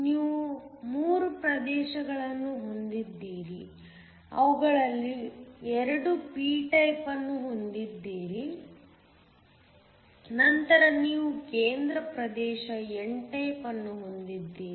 ನೀವು 3 ಪ್ರದೇಶಗಳನ್ನು ಹೊಂದಿದ್ದೀರಿ ಅವುಗಳಲ್ಲಿ 2 p ಟೈಪ್ ಅನ್ನು ಹೊಂದಿದ್ದೀರಿ ನಂತರ ನೀವು ಕೇಂದ್ರ ಪ್ರದೇಶ n ಟೈಪ್ ಅನ್ನು ಹೊಂದಿದ್ದೀರಿ